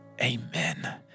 amen